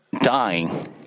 dying